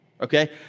Okay